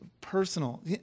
personal